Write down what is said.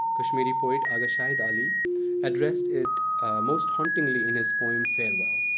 kashmiri poet agha shahid ali addressed it most hauntingly in his poem, farewell.